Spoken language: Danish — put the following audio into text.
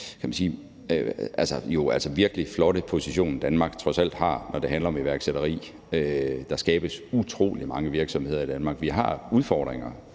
til den virkelig flotte position, Danmark trods alt har, når det handler om iværksætteri – der skabes utrolig mange virksomheder i Danmark. Vi har udfordringer